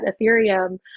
Ethereum